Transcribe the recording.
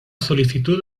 solicitud